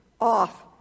off